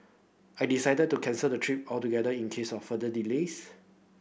I decided to cancel the trip altogether in case of further delays